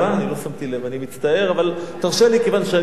לא שמתי לב, אני מצטער.